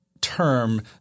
term